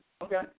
Okay